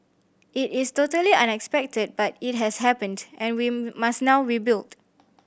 it is totally unexpected but it has happened and we must now rebuild